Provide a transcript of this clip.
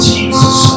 Jesus